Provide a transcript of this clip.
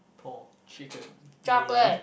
Paul chicken Mulan